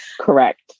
Correct